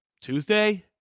Tuesday